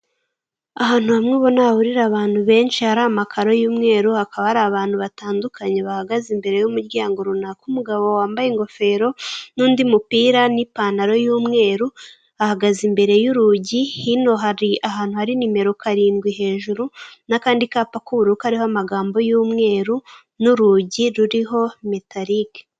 Ahantu hamwe ubona hahurira abantu benshi hari amakaro y'umweru, hakaba hari abantu batandukanye bahagaze imbere y'umuryango runaka. Umugabo wambaye ingofero n'undi mupira n'ipantaro y'umweru ahagaze imbere y'urugi, hino hari ahantu hari nimero karindwi hejuru n'akandi kapa k'ubururu kariho amagambo y'umweru n'urugi ruriho metalike.